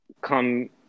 Come